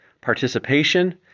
participation